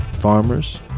Farmers